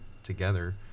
together